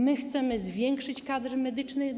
My chcemy zwiększyć kadry medyczne.